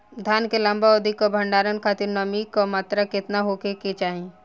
धान के लंबा अवधि क भंडारण खातिर नमी क मात्रा केतना होके के चाही?